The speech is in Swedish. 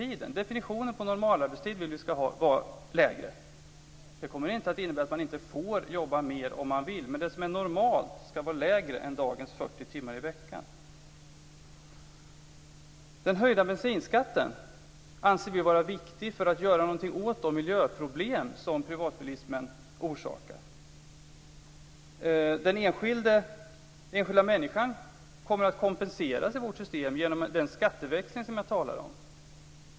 Vi vill ändra definitionen på normalarbetstid så att den är kortare. Det kommer inte att innebära att man inte får jobba mer om man vill, men det som är normalt skall vara mindre än dagens 40 timmar i veckan. Den höjda bensinskatten anser vi vara viktig för att göra någonting åt de miljöproblem som privatbilismen orsakar. Den enskilda människan kommer att kompenseras i vårt system genom den skatteväxling som jag talade om.